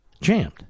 jammed